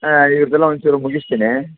ಹಾಂ ಇವ್ರದ್ದೆಲ್ಲ ಒಂಚೂರು ಮುಗಿಸ್ತೀನಿ